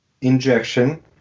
injection